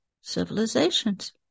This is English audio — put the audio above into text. civilizations